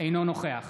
אינו נוכח